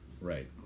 Right